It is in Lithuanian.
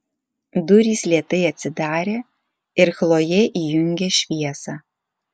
durys lėtai atsidarė ir chlojė įjungė šviesą